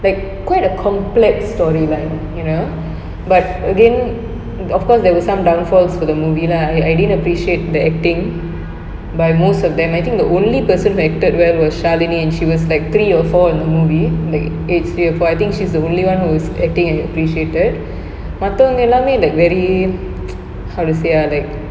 like quite a complex story line you know but again of course there were some downfalls for the movie lah I I didn't appreciate the acting by most of them I think the only person who acted well was shaalini and she was like three or four in the movie like age three or four I think she's the only one whose acting I appreciated மத்தவங்க எல்லாருமே:mathavanga ellarume like very how to say ah like